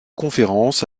conférences